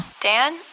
Dan